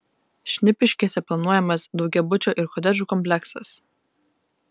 šnipiškėse planuojamas daugiabučio ir kotedžų kompleksas